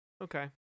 Okay